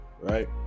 right